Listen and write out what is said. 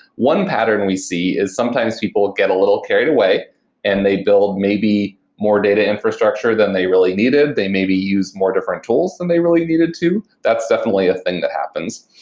one pattern we see is sometimes people get a little carried away and they build may be more data infrastructure than they really needed. they may be used more different tools than they really needed to. that's definitely a thing that happens.